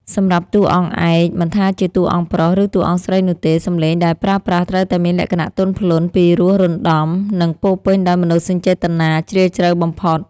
សម្រាប់តួអង្គឯក មិនថាជាតួអង្គប្រុស ឬតួអង្គស្រីនោះទេ សំឡេងដែលប្រើប្រាស់ត្រូវតែមានលក្ខណៈទន់ភ្លន់ ពីរោះរណ្ដំ និងពោពេញដោយមនោសញ្ចេតនាជ្រាលជ្រៅបំផុត។